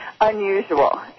unusual